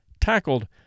tackled